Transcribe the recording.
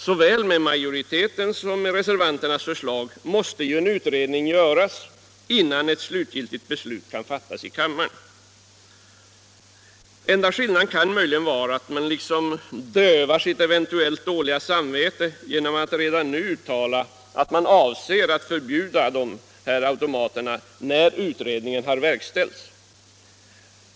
Såväl majoritetens som reservanternas förslag innebär att en utredning måste göras innan slutgiltigt beslut kan fattas i kammaren. Skillnaden kan möjligen vara att reservanterna liksom dövar sitt eventuellt dåliga samvete genom att redan nu uttala att man avser att förbjuda spelautomaterna när utredningen väl verkställts.